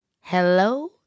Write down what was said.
Hello